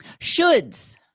shoulds